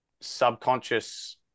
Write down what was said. subconscious